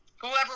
whoever